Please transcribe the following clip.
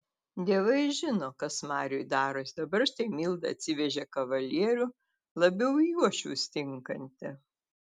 dievai žino kas mariui darosi dabar štai milda atsivežė kavalierių labiau į uošvius tinkantį